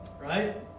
Right